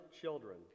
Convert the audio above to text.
children